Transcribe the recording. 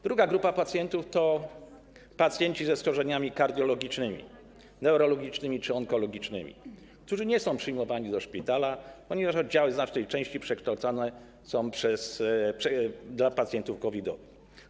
Druga grupa pacjentów to pacjenci ze schorzeniami kardiologicznymi, neurologicznymi czy onkologicznymi, którzy nie są przyjmowani do szpitali, ponieważ oddziały w znacznej części przekształcane są w oddziały dla pacjentów covidowych.